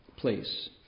place